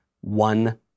one